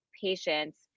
patients